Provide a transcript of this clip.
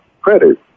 credit